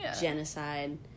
genocide